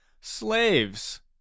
Slaves